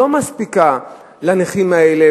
לא מספיקה לנכים האלה,